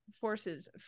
forces